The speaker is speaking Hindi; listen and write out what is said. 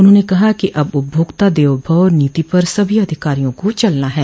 उन्होंने कहा कहा कि अब उपभोक्ता देवभव नीति पर सभी अधिकारियों को चलना है